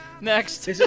Next